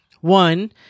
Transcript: One